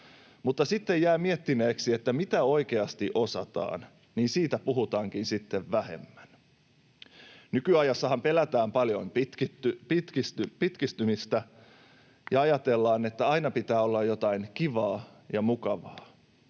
mutta sitten kun jää miettimään, että mitä oikeasti osataan, niin siitä puhutaankin sitten vähemmän. Nykyajassahan pelätään paljon pitkästymistä ja ajatellaan, että aina pitää olla jotain kivaa ja mukavaa,